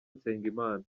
nsengimana